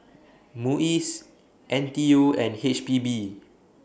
Muis N T U and H P B